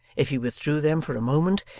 if he withdrew them for a moment,